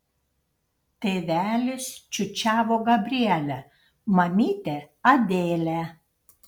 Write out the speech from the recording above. tėvelis čiūčiavo gabrielę mamytė adelę